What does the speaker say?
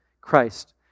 Christ